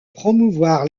promouvoir